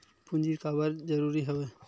पूंजी काबर जरूरी हवय?